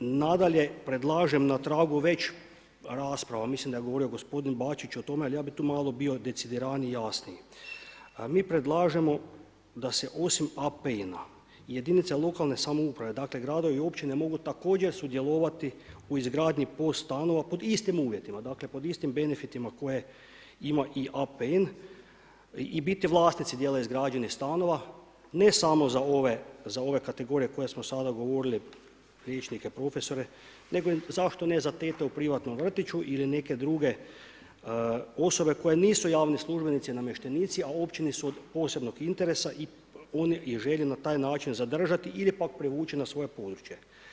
Nadalje, predlažem na tragu već rasprava, mislim da je govorio gospodin Bačić o tome, ali ja bih tu bio malo decidiraniji i jasniji, mi predlažemo da se osim APN-a jedinice lokalne samouprave dakle gradovi i općine mogu također sudjelovati u izgradnji POS stanova pod istim uvjetima, dakle pod istim benefitima koje ima i APN i biti vlasnici dijela izgrađenih stanova, ne samo za ove kategorije koje smo sada govorili liječnike, profesore nego zašto ne za tete u privatnom vrtiću ili neke druge osobe koje nisu javni službenici i namještenici, a općini su od posebnog interesa i oni ih žele na taj način zadržati ili pak privući na svoje područje.